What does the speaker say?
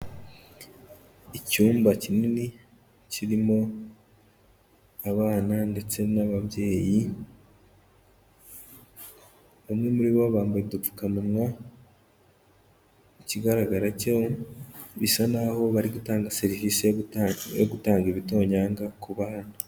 Icyumba kinini, kirimo abana ndetse n'ababyeyi. Bamwe muri bo bambaye udupfukamunwa, ikigaragara cyo bisa n'aho bari gutanga serivisi yo gutanga ibitonyanga ku baba.